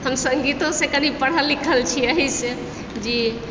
हम सङङ्गितोसँ कनि पढ़ल लिखल छी एहीसँ जी